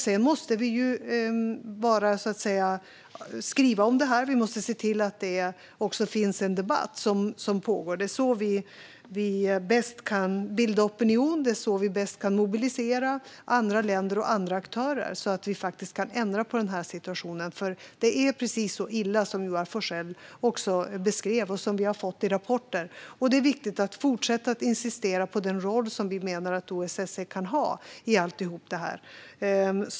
Sedan måste vi skriva om det här och se till att det pågår en debatt. Det är så vi bäst kan bilda opinion, och det är så vi bäst kan mobilisera andra länder och andra aktörer så att vi faktiskt kan ändra på den här situationen. Det är precis så illa som Joar Forssell beskrev och som vi också har fått rapporter om. Det är viktigt att fortsätta insistera på den roll som vi menar att OSSE kan ha i allt det här.